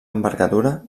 envergadura